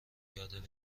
یاد